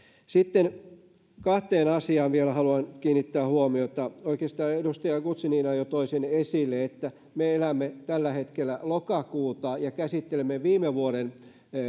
sitten kahteen asiaan vielä haluan kiinnittää huomiota oikeastaan edustaja guzenina jo toi esille että me elämme tällä hetkellä lokakuuta ja käsittelemme viime vuoden